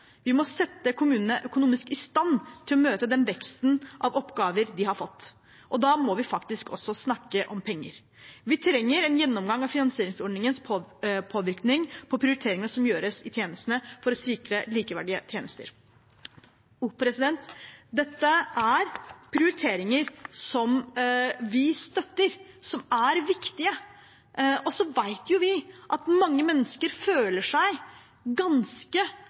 Vi må sette kommunene økonomisk i stand til å møte den veksten i oppgaver de har fått, og da må vi faktisk også snakke om penger. Vi trenger en gjennomgang av finansieringsordningens påvirkning på prioriteringene som gjøres i tjenestene, for å sikre likeverdige tjenester. Dette er prioriteringer som vi støtter, og som er viktige. Og så vet vi at mange mennesker føler seg ganske